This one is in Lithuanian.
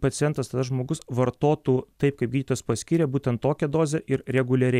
pacientas tas žmogus vartotų taip kaip gydytojas paskyrė būtent tokią dozę ir reguliariai